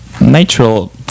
natural